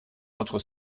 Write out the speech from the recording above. notre